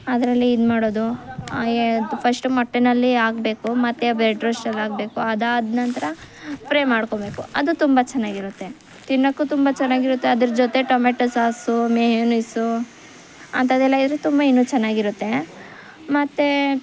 ಅದ್ರ ಲ್ಲಿ ಇದು ಮಾಡೋದು ಏ ಫಶ್ಟು ಮೊಟ್ಟೆಯಲ್ಲಿ ಆಗ್ಬೇಕು ಮತ್ತೆ ಬ್ರೆಡ್ ರೋಶ್ಟಲ್ಲಿ ಆಗ್ಬೇಕು ಅದಾದನಂತ್ರ ಫ್ರೆ ಮಾಡ್ಕೊಬೇಕು ಅದು ತುಂಬ ಚೆನ್ನಾಗಿರುತ್ತೆ ತಿನ್ನೋಕ್ಕೂ ತುಂಬ ಚೆನ್ನಾಗಿರುತ್ತೆ ಅದ್ರ ಜೊತೆ ಟೊಮೆಟೊ ಸಾಸು ಮೆಯೊನಿಸು ಅಂಥದೆಲ್ಲ ಇದ್ರು ತುಂಬ ಇನ್ನೂ ಚೆನ್ನಾಗಿರುತ್ತೆ ಮತ್ತು